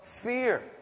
fear